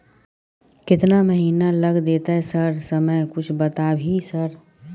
केतना महीना लग देतै सर समय कुछ बता भी सर?